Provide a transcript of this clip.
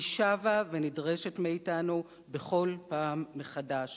והיא שבה ונדרשת מאתנו בכל פעם מחדש.